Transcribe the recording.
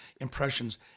impressions